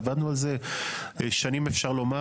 עבדנו על זה שנים, אפשר לומר.